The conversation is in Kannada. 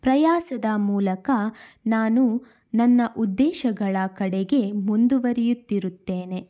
ಪ್ರಯಾಸದ ಮೂಲಕ ನಾನು ನನ್ನ ಉದ್ದೇಶಗಳ ಕಡೆಗೆ ಮುಂದುವರಿಯುತ್ತಿರುತ್ತೇನೆ